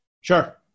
Sure